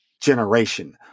generation